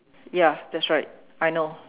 ya that's right I know